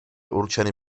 určeny